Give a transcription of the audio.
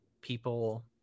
people